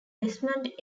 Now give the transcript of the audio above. desmond